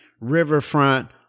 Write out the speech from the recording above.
Riverfront